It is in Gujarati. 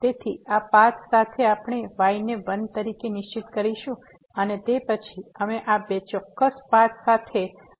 તેથી આ પાથ સાથે આપણે y ને 1 તરીકે નિશ્ચિત કરીશું અને તે પછી અમે આ બે ચોક્કસ પાથ સાથે આ લીમીટ નું મૂલ્યાંકન કરીશું